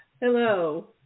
Hello